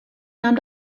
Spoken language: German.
nahm